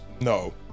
No